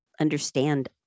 understand